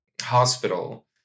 hospital